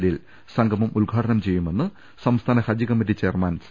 ജലീൽ സംഗമം ഉദ്ഘാടനം ചെയ്യുമെന്ന് സംസ്ഥാന ഹജ്ജ് കമ്മറ്റി ചെയർമാൻ സി